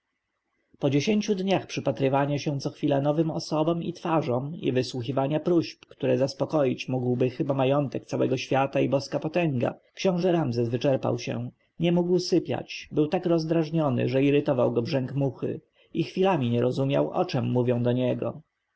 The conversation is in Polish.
po dziesięciu dniach przypatrywania się co chwilę nowym osobom i twarzom i wysłuchiwania próśb które zaspokoić mógłby chyba majątek całego świata i boska potęga książę ramzes wyczerpał się nie mógł sypiać był tak rozdrażniony że irytował go brzęk muchy i chwilami nie rozumiał o czem mówią do niego